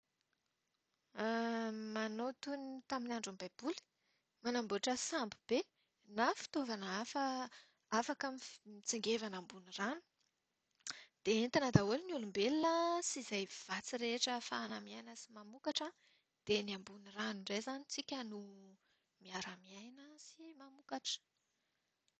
Manao toy ny tamin'ny andron'ny Baiboly. Manamboatra sambo be na fitaovana hafa afaka mif- mitsingevana ambony rano. Dia entina daholo ny olombelona sy izay vatsy rehetra ahafahana miaina sy mamokatra. Dia eny ambony rano indray izany tsika no miara-miaina sy mamokatra.